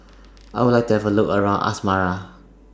I Would like to Have A Look around Asmara